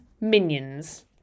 minions